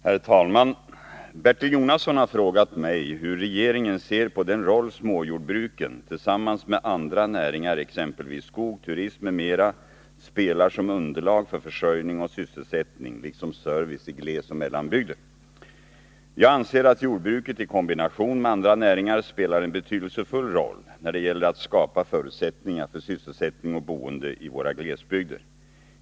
Herr talman! Bertil Jonasson har frågat mig hur regeringen ser på den roll småjordbruken tillsammans med andra näringar — skog, turism m.m. — spelar som underlag för försörjning och sysselsättning liksom service i glesoch mellanbygder. Jag anser att jordbruket i kombination med andra näringar spelar en betydelsefull roll när det gäller att skapa förutsättningar för sysselsättning och boende i våra glesbygder.